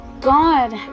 god